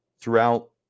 throughout